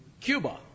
Cuba